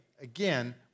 again